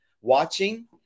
watching